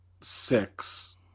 six